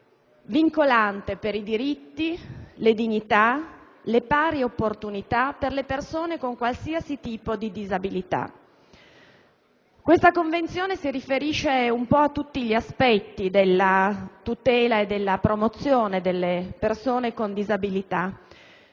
vincolante per i diritti, le dignità, le pari opportunità riconosciute alle persone con qualsiasi tipo di disabilità. Essa si riferisce a tutti gli aspetti della tutela e della promozione delle persone con disabilità,